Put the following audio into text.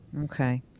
Okay